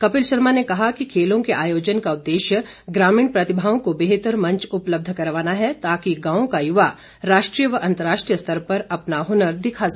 कपिल शर्मा ने कहा कि खेलों के आयोजन का उद्देश्य ग्रामीण प्रतिभाओं को बेहतर मंच उपलब्ध करवाना है ताकि गांव का युवा राष्ट्रीय व अंतर्राष्ट्रीय स्तर पर अपना हुनर दिखा सके